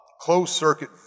closed-circuit